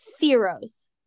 zeros